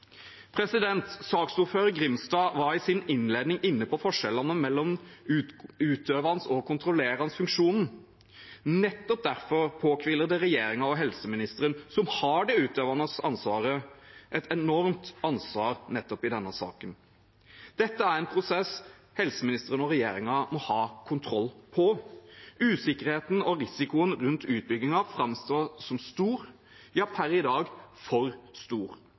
Saksordfører Grimstad var i sin innledning inne på forskjellene mellom den utøvende og den kontrollerende funksjonen. Nettopp derfor påhviler det regjeringen og helseministeren som har det utøvende ansvaret, et enormt ansvar nettopp i denne saken. Dette er en prosess helseministeren og regjeringen må ha kontroll på. Usikkerheten og risikoen rundt utbyggingen framstår som stor, ja per i dag for stor.